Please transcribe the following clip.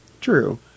True